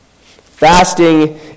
Fasting